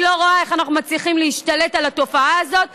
אני לא רואה איך אנחנו מצליחים להשתלט על התופעה הזאת.